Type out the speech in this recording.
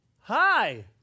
hi